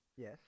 Yes